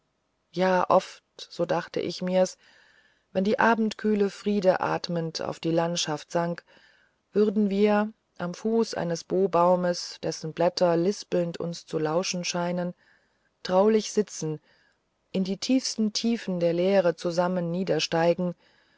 ja oft so dachte ich mir's wenn die abendkühle frieden atmend auf die landschaft sank würden wir am fuße eines bobaumes dessen blätter lispelnd uns zu lauschen schienen traulich sitzend in die tiefsten tiefen der lehre